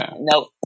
No